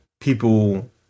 people